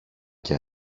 και